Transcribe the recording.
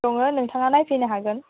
दङ नोंथाङा नायफैनो हागोन